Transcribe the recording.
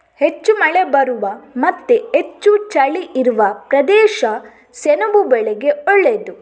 ಹೆಚ್ಚು ಮಳೆ ಬರುವ ಮತ್ತೆ ಹೆಚ್ಚು ಚಳಿ ಇರುವ ಪ್ರದೇಶ ಸೆಣಬು ಬೆಳೆಗೆ ಒಳ್ಳೇದು